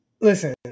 listen